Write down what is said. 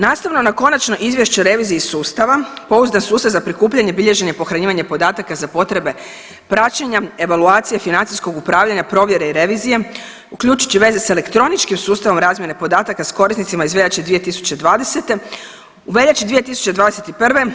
Nastavno na konačno izvješće reviziji sustava, pouzdan sustav za prikupljanje, bilježenje, pohranjivanje podataka za potrebe praćenja, evaluacije financijskog upravljanja, provjere i revizije uključujući veze sa elektroničkim sustavom razmjene podataka sa korisnicima iz veljače 2020., u veljači 2021.